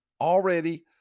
already